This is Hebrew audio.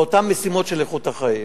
באותן משימות של איכות החיים.